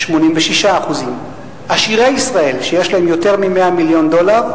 86%. עשירי ישראל שיש להם יותר מ-100 מיליון דולר,